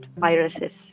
viruses